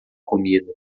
comida